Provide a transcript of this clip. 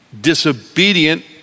disobedient